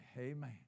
Amen